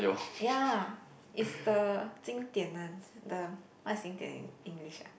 ya it's the 经典 one the what's 经典 in English ah